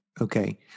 okay